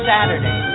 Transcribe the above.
Saturday